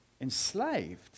enslaved